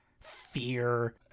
fear